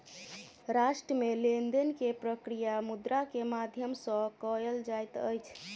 राष्ट्र मे लेन देन के प्रक्रिया मुद्रा के माध्यम सॅ कयल जाइत अछि